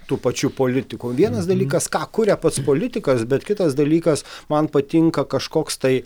tų pačių politikų vienas dalykas ką kuria pats politikas bet kitas dalykas man patinka kažkoks tai